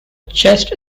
chest